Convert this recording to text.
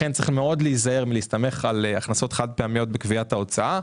לכן צריך מאוד להיזהר מלהסתמך על הכנסות חד פעמיות בקביעת ההוצאה.